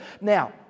Now